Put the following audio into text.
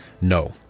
No